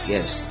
Yes